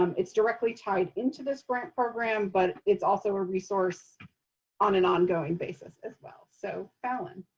um it's directly tied into this grant program, but it's also a resource on an ongoing basis as well. so falyn.